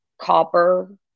copper